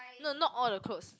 no not all the clothes